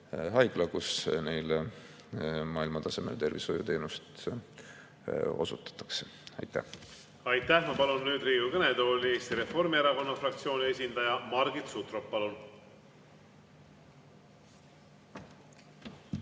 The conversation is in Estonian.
haigla, kus neile maailmatasemel tervishoiuteenust osutatakse. Aitäh! Aitäh! Ma palun nüüd Riigikogu kõnetooli Eesti Reformierakonna fraktsiooni esindaja Margit Sutropi.